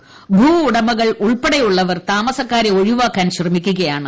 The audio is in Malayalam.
സംഘടനകൾ ഭൂവുടമകൾ ഉൾപ്പെടെയുള്ളവർ താമസിക്കാരെ ഒഴിവാക്കാൻ ശ്രമിക്കുകയാണ്